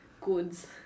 goods